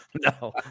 No